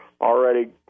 already